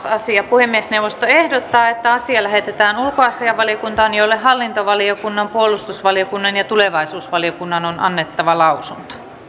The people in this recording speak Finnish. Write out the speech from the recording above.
asia puhemiesneuvosto ehdottaa että asia lähetetään ulkoasiainvaliokuntaan jolle hallintovaliokunnan puolustusvaliokunnan ja tulevaisuusvaliokunnan on annettava lausunto